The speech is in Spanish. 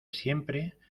siempre